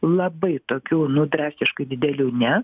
labai tokių nu drastiškai didelių ne